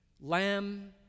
Lamb